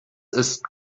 ist